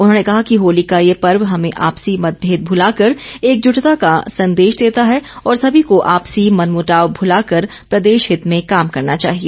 उन्होंने कहा कि होली का ये पर्व हमें आपसी मतभेद भुलाकर एकजुटता का संदेश देता है और सभी को आपसी मनमुटाव भुलाकर प्रदेश हित में काम करना चाहिए